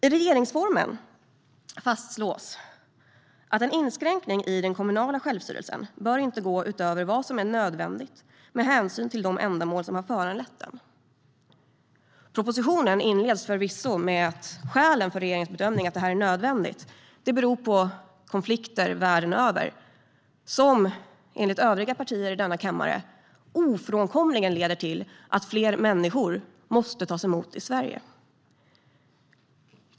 I regeringsformen fastslås att en inskränkning i den kommunala självstyrelsen inte bör gå utöver vad som är nödvändigt med hänsyn till de ändamål som har föranlett detta. Propositionen inleds förvisso med att skälen för regeringens bedömning är att det är nödvändigt och att det pågår konflikter världen över som, enligt övriga partier i denna kammare, ofrånkomligen leder till att fler människor måste tas emot i Sverige.